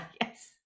Yes